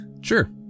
Sure